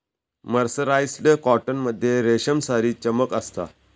mercerised cotton मध्ये रेशमसारी चमक असता